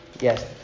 Yes